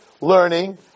learning